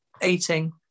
Eating